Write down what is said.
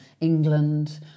England